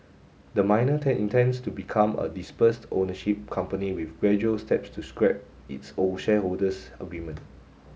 the miner intends to become a dispersed ownership company with gradual steps to scrap its old shareholders agreement